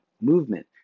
movement